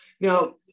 Now